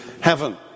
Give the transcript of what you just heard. heaven